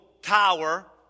tower